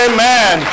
Amen